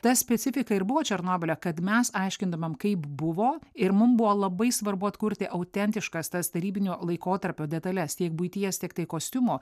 ta specifika ir buvo černobylio kad mes aiškindavom kaip buvo ir mums buvo labai svarbu atkurti autentiškas tas tarybinio laikotarpio detales tiek buities tiek tai kostiumo